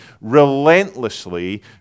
relentlessly